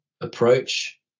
approach